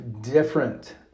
different